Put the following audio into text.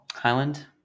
Highland